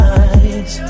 eyes